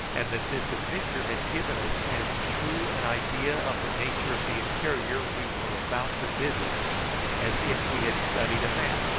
and that this adventure had given us as true an idea of the nature of the interior we were about to visit as if we had studied a map.